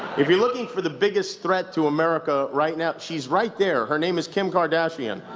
if you're looking for the biggest threat to america right now, she's right there. her name is kim kardashian.